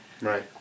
Right